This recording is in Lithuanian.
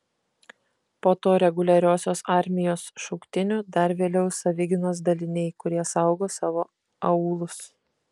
po to reguliariosios armijos šauktinių dar vėliau savigynos daliniai kurie saugo savo aūlus